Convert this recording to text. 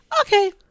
Okay